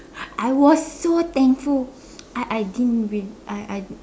I was so thankful I I didn't really I I